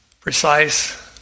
precise